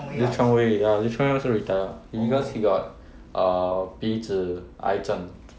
lee chong wei ya lee chong wei also retire because he got uhh 鼻子癌症